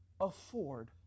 afford